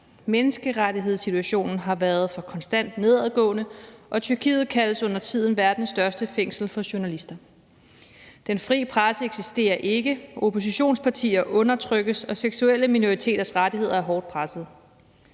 Menneskerettighedssituationen har været for konstant nedadgående, og Tyrkiet kaldes undertiden for verdens største fængsel for journalister. Den fri presse eksisterer ikke, oppositionspartier undertrykkes, og seksuelle minoriteters rettigheder er hårdt presset.